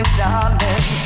darling